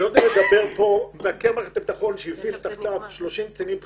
והיות ומדבר פה קצין שהפעיל תחתיו שלושים קצינים בכירים,